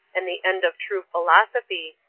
and the end of true philosophy,